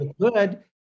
good